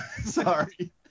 Sorry